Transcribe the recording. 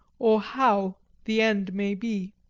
or how, the end may be.